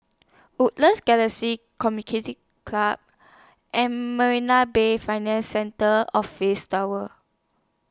Woodlands Galaxy Club and Marina Bay Financial Centre Office Tower